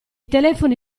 telefoni